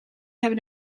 hebben